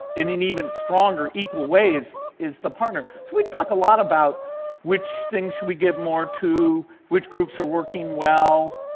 in in even stronger, equal ways, is the partner, so we talk a lot about which things should we give more to, which groups are working well?